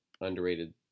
underrated